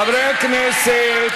חברי הכנסת.